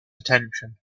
attention